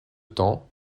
temps